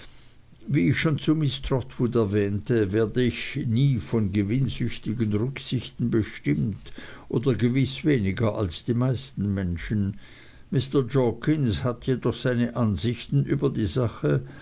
wie ich schon zu miß trotwood erwähnte werde ich nie von gewinnsüchtigen rücksichten bestimmt oder gewiß weniger als die meisten menschen mr jorkins hat jedoch seine ansichten über die sache